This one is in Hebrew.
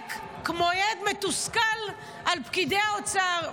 צועק כמו ילד מתוסכל על פקידי האוצר.